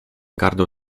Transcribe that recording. gardło